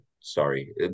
sorry